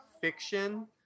fiction